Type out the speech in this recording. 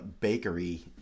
bakery